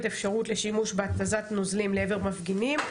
אפשרות לשימוש בהתזת נוזלים לעבר מפגינים,